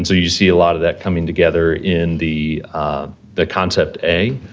and you see a lot of that coming together in the the concept a.